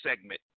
segment